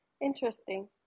Interesting